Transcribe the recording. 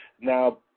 Now